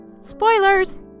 Spoilers